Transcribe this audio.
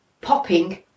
popping